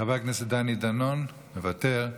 חבר הכנסת דני דנון מוותר.